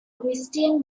christian